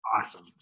awesome